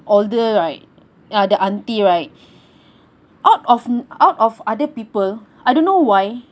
older right ya the auntie right out of out of other people I don't know why